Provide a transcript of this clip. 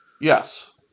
Yes